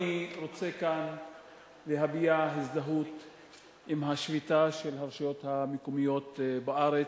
אני רוצה להביע כאן הזדהות עם השביתה של הרשויות המקומיות בארץ,